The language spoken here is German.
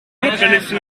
kurzwelligste